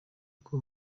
uko